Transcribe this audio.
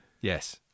Yes